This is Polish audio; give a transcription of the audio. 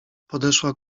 podeszła